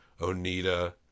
Onita